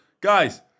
guys